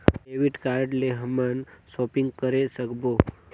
Debit card ले हमन shopping करे सकबो?